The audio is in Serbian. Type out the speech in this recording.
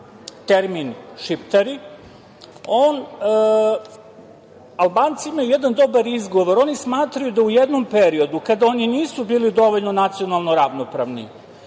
termin Šiptari. Albanci imaju jedan dobar izgovor. Oni smatraju da u jednom periodu kada oni nisu bili dovoljno nacionalno ravnopravni,